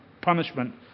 punishment